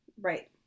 Right